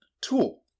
tool